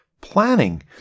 planning